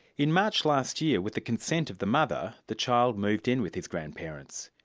in march last year, with the consent of the mother, the child moved in with his grandparents.